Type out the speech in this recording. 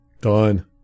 Done